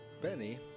Benny